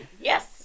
Yes